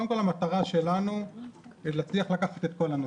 המטרה שלנו היא להצליח לקחת את כל הנוסעים,